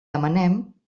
demanem